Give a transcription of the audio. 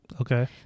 Okay